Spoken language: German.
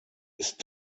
ist